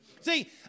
see